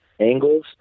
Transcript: angles